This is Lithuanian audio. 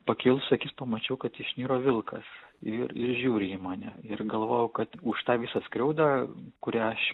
pakėlus akis pamačiau kad išniro vilkas ir ir žiūri į mane ir galvojau kad už tą visą skriaudą kurią aš